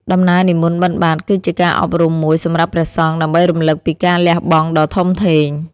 ដំណើរនិមន្តបិណ្ឌបាត គឺជាការអប់រំមួយសម្រាប់ព្រះសង្ឃ ដើម្បីរំលឹកពីការលះបង់ដ៏ធំធេង។